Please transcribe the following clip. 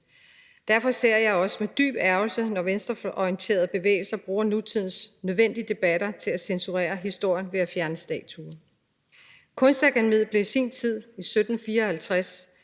Derfor ser jeg også med dyb ærgrelse på det, når venstreorienterede bevægelser bruger nutidens nødvendige debatter til at censurere historien ved at fjerne statuer. Kunstakademiet blev i sin tid i 1754